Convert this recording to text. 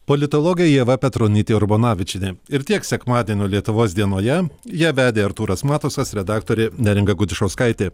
politologė ieva petronytė urbonavičienė ir tiek sekmadienio lietuvos dienoje ją vedė artūras matusas redaktorė neringa gudišauskaitė